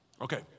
Okay